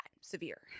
severe